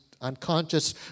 unconscious